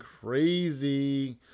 crazy